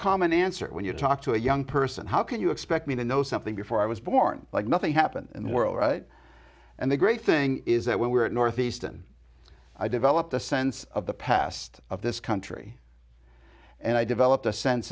common answer when you talk to a young person how can you expect me to know something before i was born like nothing happened in the world and the great thing is that when we were at northeastern i developed a sense of the past of this country and i developed a sense